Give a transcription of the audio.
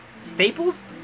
staples